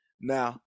Now